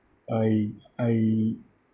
I I